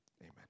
Amen